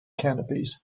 canopies